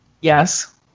Yes